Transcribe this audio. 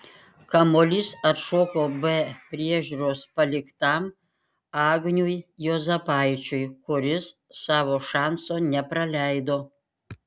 kamuolys atšoko be priežiūros paliktam agniui juozapaičiui kuris savo šanso nepraleido